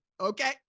okay